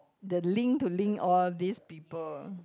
the link to link all these people